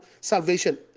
salvation